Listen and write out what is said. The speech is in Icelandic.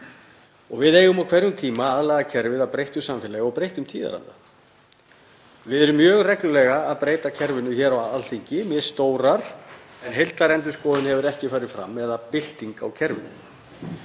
Við eigum á hverjum tíma að aðlaga kerfið að breyttu samfélagi og breyttum tíðaranda. Við erum mjög reglulega að breyta kerfinu hér á Alþingi, mismikið, en heildarendurskoðun hefur ekki farið fram eða bylting á kerfinu.